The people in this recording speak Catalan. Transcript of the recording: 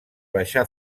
baixar